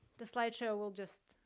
the slideshow, we'll just,